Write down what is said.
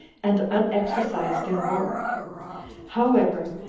and unexercised in war however,